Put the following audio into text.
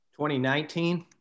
2019